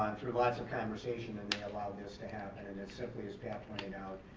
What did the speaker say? um through lots of conversation, and they allowed this to happen. and as simply as pat pointed out,